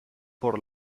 por